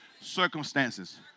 circumstances